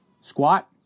Squat